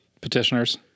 petitioners